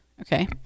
okay